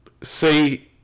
Say